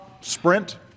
Sprint